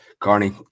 Carney